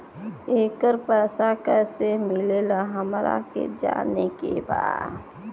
येकर पैसा कैसे मिलेला हमरा के जाने के बा?